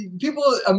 people